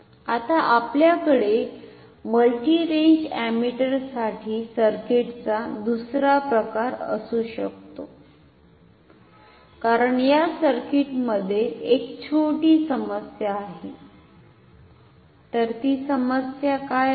आता आपल्याकडे multi range अमिटरसाठी सर्किटचा दुसरा प्रकार असू शकतो कारण या सर्किटमध्ये एक छोटी समस्या आहे तर ती समस्या काय आहे